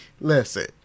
Listen